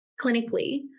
clinically